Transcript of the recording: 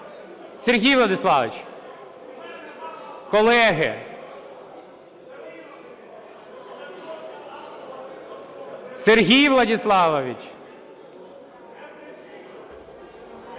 Сергій Владиславович, колеги! Сергій Владиславович!